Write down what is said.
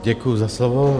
Děkuji za slovo.